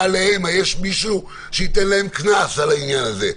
עליהם; יש מישהו שייתן להם קנס על העניין הזה,